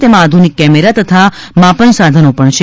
તેમાં આધુનિક કેમેરા તથા માપન સાધનો પણ છે